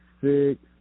six